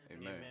Amen